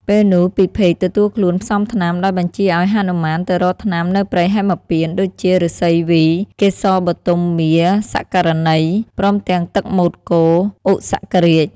ពេលនោះពិភេកទទួលខ្លួនផ្សំថ្នាំ ដោយបញ្ជាឱ្យ ហនុមានទៅរកថ្នាំនៅព្រៃហេមពាន្ត ដូចជាឫស្សីវី កេសរបទុមាសង្ករណី ព្រមទាំងទឹកមូត្រគោ ឧសករាជ។